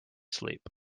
sleep